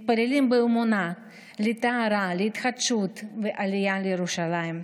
מתפללים באמונה לטהרה, להתחדשות ולעלייה לירושלים.